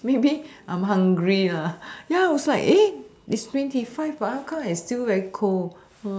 maybe I'm hungry lah ya I was like eh it's twenty five but how come I still very cold